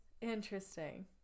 interesting